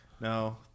No